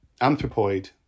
Anthropoid